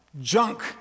junk